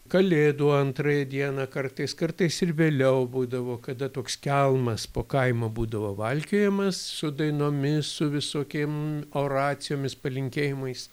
kalėdų antrąją dieną kartais kartais ir vėliau būdavo kada toks kelmas po kaimą būdavo valkiojamas su dainomis su visokiem oracijomis palinkėjimais